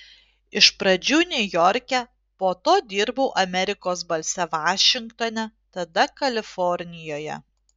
iš pradžių niujorke po to dirbau amerikos balse vašingtone tada kalifornijoje